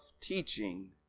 teaching